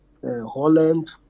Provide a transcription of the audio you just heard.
Holland